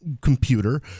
computer